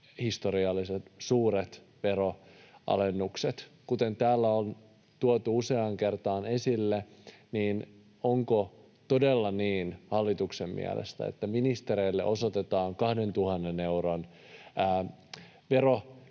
historiallisen suuret veronalennukset. Kuten täällä on tuotu useaan kertaan esille, niin onko hallituksen mielestä todella niin, että ministereille osoitetaan 2 000 euron veronkevennys